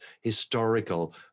historical